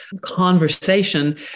conversation